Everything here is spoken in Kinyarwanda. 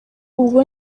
ubwo